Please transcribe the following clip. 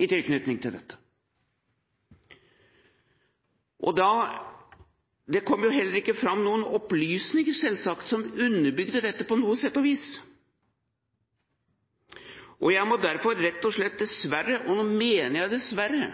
i tilknytning til dette. Det kom heller ikke fram noen opplysninger, selvsagt, som underbygde dette på noe sett og vis. Jeg må derfor rett og slett, dessverre – og nå